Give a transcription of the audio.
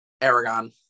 Aragon